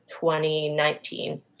2019